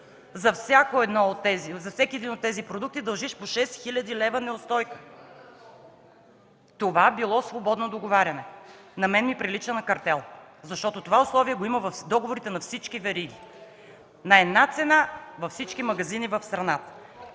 за всеки един от тези продукти дължиш по 6 хил. лв. неустойка. Това било свободно договаряне. На мен ми прилича на картел, защото това условие го има в договорите на всички вериги. На една цена във всички магазини в страната.